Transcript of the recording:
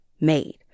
made